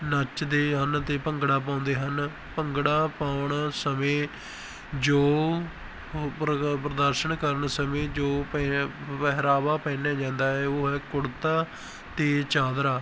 ਨੱਚਦੇ ਹਨ ਅਤੇ ਭੰਗੜਾ ਪਾਉਂਦੇ ਹਨ ਭੰਗੜਾ ਪਾਉਣ ਸਮੇਂ ਜੋ ਪ੍ਰ ਪ੍ਰਦਰਸ਼ਨ ਕਰਨ ਸਮੇਂ ਜੋ ਪਹਿਨਿਆ ਪਹਿਰਾਵਾ ਪਹਿਨਿਆ ਜਾਂਦਾ ਹੈ ਉਹ ਹੈ ਕੁੜਤਾ ਅਤੇ ਚਾਦਰਾ